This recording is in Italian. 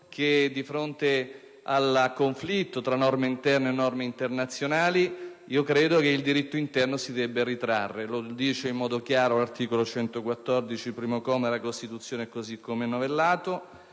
che, di fronte al conflitto tra norme interne e norme internazionali, è il diritto interno che si deve ritrarre. Lo dice in modo chiaro l'articolo 117, primo comma, della Costituzione, così come novellato.